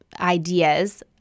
ideas